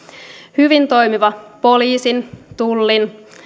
hyvin toimiva poliisin tullin ja